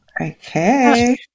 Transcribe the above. okay